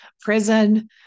prison